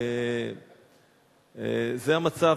זה המצב,